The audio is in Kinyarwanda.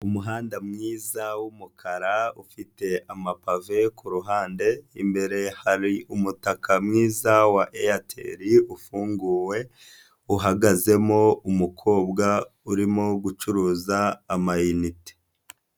Umuhanda mwiza w'umukara ufite amapave ku ruhande, imbere hari umutaka mwiza wa Eyateri ufunguwe, uhagazemo umukobwa urimo gucuruza amayinite.